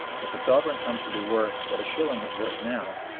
if a sovereign comes to be worth what a shilling is worth now,